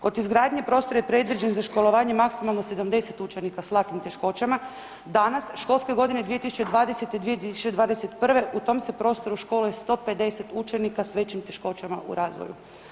Kod izgradnje prostor je predviđen za školovanje maksimalno 70 učenika s lakim teškoćama, danas školske godine 2020/2021 u tom se prostoru školuje 150 učenika s većim teškoćama u razvoju.